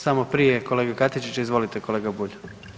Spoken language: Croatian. Samo prije kolege Katičića, izvolite kolega Bulj.